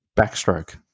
backstroke